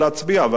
והאזרחים,